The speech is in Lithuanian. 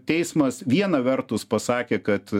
teismas viena vertus pasakė kad